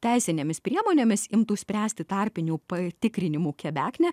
teisinėmis priemonėmis imtų spręsti tarpinių patikrinimų kebeknę